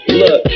Look